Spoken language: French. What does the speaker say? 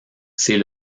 ses